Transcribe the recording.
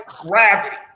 gravity